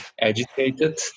agitated